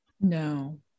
no